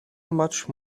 much